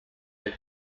with